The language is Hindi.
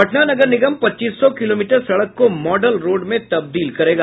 पटना नगर निगम पच्चीस सौ किलोमीटर सड़क को मॉडल रोड में तब्दील करेगा